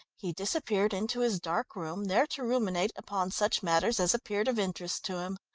he disappeared into his dark room, there to ruminate upon such matters as appeared of interest to him.